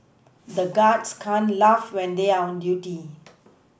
the guards can't laugh when they are on duty